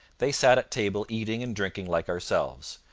they sat at table eating and drinking like ourselves.